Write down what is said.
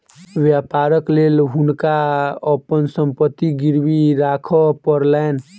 व्यापारक लेल हुनका अपन संपत्ति गिरवी राखअ पड़लैन